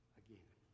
again